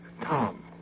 Tom